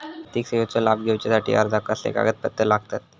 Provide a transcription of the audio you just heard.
आर्थिक सेवेचो लाभ घेवच्यासाठी अर्जाक कसले कागदपत्र लागतत?